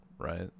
Right